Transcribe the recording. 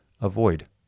avoid